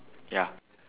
ya